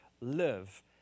live